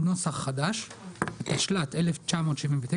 התשל"ט 1979,